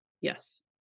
Yes